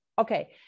okay